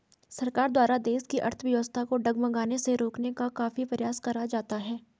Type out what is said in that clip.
सरकार द्वारा देश की अर्थव्यवस्था को डगमगाने से रोकने का काफी प्रयास करा जाता है